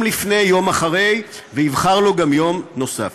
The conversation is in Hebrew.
לפני כן ויום אחרי כן ויבחר לו גם יום נוסף.